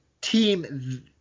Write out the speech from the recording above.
team